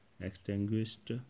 extinguished